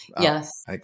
Yes